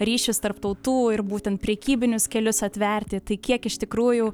ryšius tarp tautų ir būtent prekybinius kelius atverti tai kiek iš tikrųjų